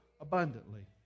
abundantly